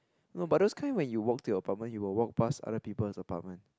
no but those kind when you walk to your apartment you will walk past other people apartment